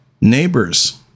neighbors